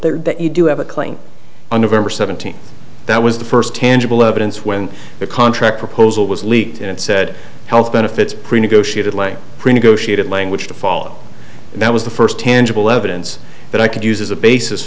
that you do have a claim on of ever seventeen that was the first tangible evidence when the contract proposal was leaked and said health benefits pre negotiated lay pre negotiated language to follow and that was the first tangible evidence that i could use as a basis